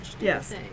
Yes